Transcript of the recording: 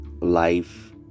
life